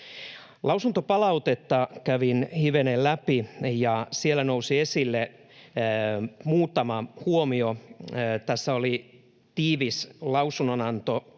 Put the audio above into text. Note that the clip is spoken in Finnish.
Lausuntopalautetta kävin hivenen läpi, ja siellä nousi esille muutama huomio. Tässä oli tiivis lausunnonantokierros.